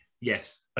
yes